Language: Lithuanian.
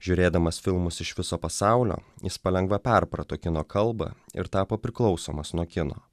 žiūrėdamas filmus iš viso pasaulio jis palengva perprato kino kalbą ir tapo priklausomas nuo kino